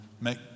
make